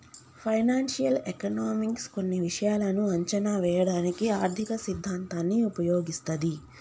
financial economics కొన్ని విషయాలను అంచనా వేయడానికి ఆర్థిక సిద్ధాంతాన్ని ఉపయోగిస్తది